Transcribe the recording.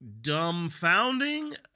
dumbfounding